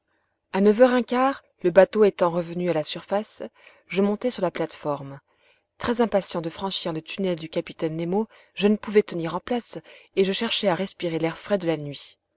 a neuf heures un quart le bateau étant revenu à la surface je montai sur la plate-forme très impatient de franchir le tunnel du capitaine nemo je ne pouvais tenir en place et je cherchais à respirer l'air frais de la nuit